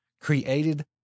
created